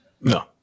No